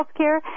healthcare